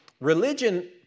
religion